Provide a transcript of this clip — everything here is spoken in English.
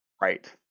Right